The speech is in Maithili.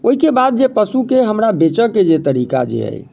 ओहिके बाद जे पशुके हमरा बेचयके जे हमरा तरीका जे अइ